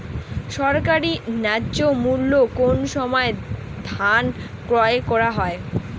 সরকারি ন্যায্য মূল্যে কোন সময় ধান ক্রয় করা হয়?